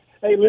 Hey